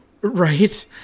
Right